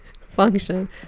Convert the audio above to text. function